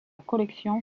collection